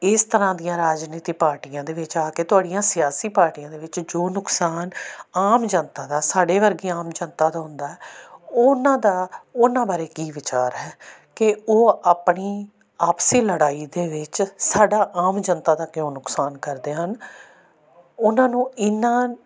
ਇਸ ਤਰ੍ਹਾਂ ਦੀਆਂ ਰਾਜਨੀਤਿਕ ਪਾਰਟੀਆਂ ਦੇ ਵਿੱਚ ਆ ਕੇ ਤੁਹਾਡੀਆਂ ਸਿਆਸੀ ਪਾਰਟੀਆਂ ਦੇ ਵਿੱਚ ਜੋ ਨੁਕਸਾਨ ਆਮ ਜਨਤਾ ਦਾ ਸਾਡੇ ਵਰਗੀ ਆਮ ਜਨਤਾ ਦਾ ਹੁੰਦਾ ਉਹਨਾਂ ਦਾ ਉਹਨਾਂ ਬਾਰੇ ਕੀ ਵਿਚਾਰ ਹੈ ਕਿ ਉਹ ਆਪਣੀ ਆਪਸੀ ਲੜਾਈ ਦੇ ਵਿੱਚ ਸਾਡਾ ਆਮ ਜਨਤਾ ਦਾ ਕਿਉਂ ਨੁਕਸਾਨ ਕਰਦੇ ਹਨ ਉਹਨਾਂ ਨੂੰ ਇਹਨਾਂ